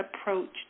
approached